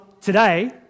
today